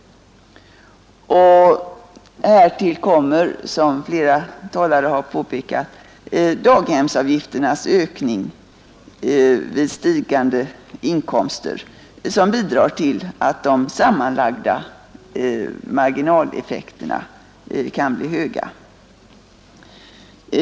Härtill kommer, som flera talare har påpekat, daghemsavgifternas ökning vid stigande inkomster, något som bidrar till att de sammanlagda marginaleffekterna kan bli stora.